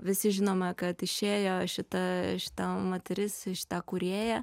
visi žinome kad išėjo šita šita moteris šita kūrėja